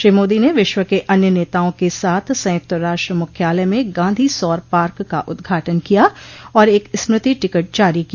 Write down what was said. श्री मोदी ने विश्व के अन्य नेताओं के साथ संयुक्त राष्ट्र मुख्यालय में गांधी सौर पार्क का उद्घाटन किया और एक स्मति टिकट जारी किया